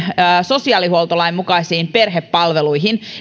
sosiaalihuoltolain mukaisiin perhepalveluihin